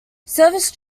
service